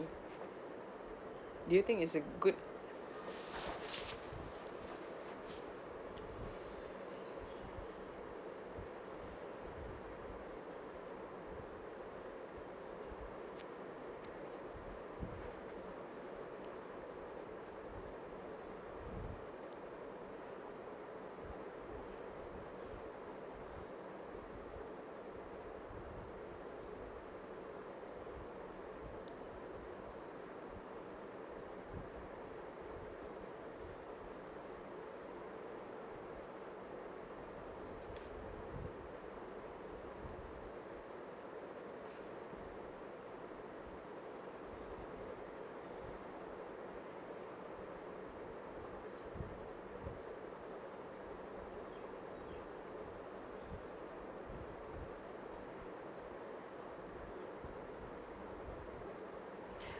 do you think it's a good